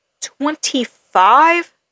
twenty-five